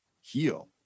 heal